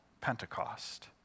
Pentecost